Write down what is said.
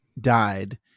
died